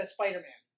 Spider-Man